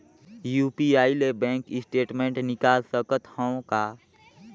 UPI ले bank statement निकाल सकत हवं का?